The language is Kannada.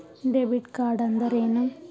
ಡೆಬಿಟ್ ಕಾರ್ಡ್ಅಂದರೇನು?